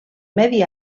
medi